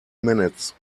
minutes